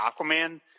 aquaman